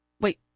Wait